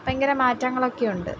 ഭയങ്കര മാറ്റങ്ങളൊക്കെയുണ്ട്